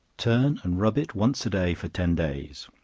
turn and rub it once a day for ten days.